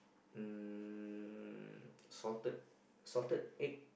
um salted salted egg